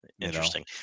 Interesting